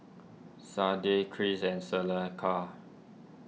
Sade Cris and Seneca